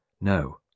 No